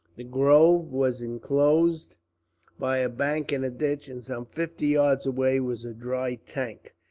the grove was inclosed by a bank and ditch, and some fifty yards away was a dry tank,